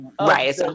Right